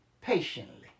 Patiently